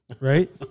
Right